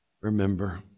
remember